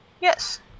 Yes